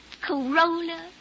Corolla